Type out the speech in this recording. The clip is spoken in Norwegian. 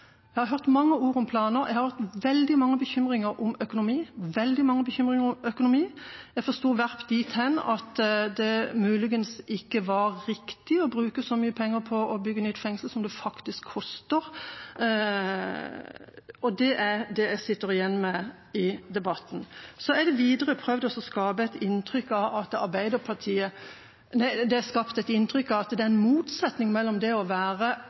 Jeg har hørt mange ord om planer, jeg har hørt veldig mange bekymringer om økonomi – veldig mange bekymringer om økonomi. Jeg forsto Werp dit hen at det muligens ikke var riktig å bruke så mye penger på å bygge nytt fengsel som det faktisk koster. Det er det inntrykket jeg sitter igjen med i debatten. Det er skapt et inntrykk av at det er en motsetning mellom det å være for plan og det å være mot fengsel. Og når vi er for fengsel, kan vi ikke være